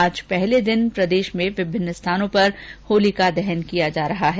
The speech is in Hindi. आज पहले दिन प्रदेशभर में विभिन्न स्थानों पर होलिका दहन किया जा रहा है